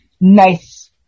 nice